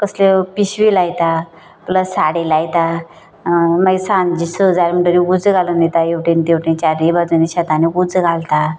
कसलीय पिशवी लायता प्लस साडी लायता मागी सांजी स जाली म्हणटगीर उजो घालून वयता हेवटेन तेवटेन चारय बाजूनी शेतांनी उजो घालता